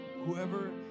Whoever